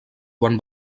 quan